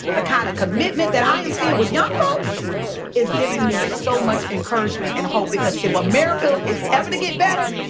but kind of commitment that i am seein' with young folks is giving me so much encouragement and hope. because if america is ever to get better,